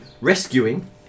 rescuing